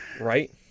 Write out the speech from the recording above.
right